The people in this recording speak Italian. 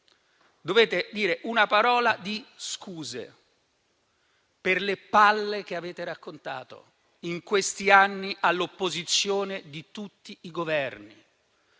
dovete dire una parola di scuse per le balle che avete raccontato in questi anni all'opposizione di tutti i Governi.